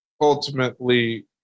ultimately